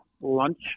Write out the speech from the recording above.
lunch